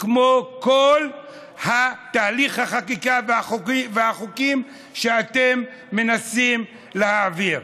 כמו כל תהליך החקיקה והחוקים שאתם מנסים להעביר.